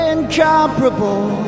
Incomparable